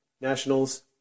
nationals